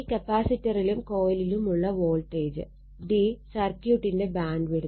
കപ്പാസിറ്ററിലും കൊയിലിലും ഉള്ള വോൾട്ടേജ് സർക്യൂട്ടിന്റെ ബാൻഡ് വിഡ്ത്ത്